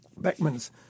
Beckman's